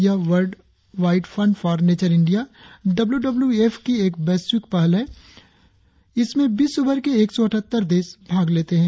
यह world wide fund for nature India W WF की एक वैश्विक पहल है इसमें विश्वभर के एक सौ अठहत्तर देश भाग लेते हैं